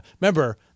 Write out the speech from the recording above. Remember